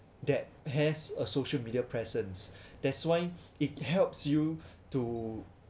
that has a social media presence that's why it helps you to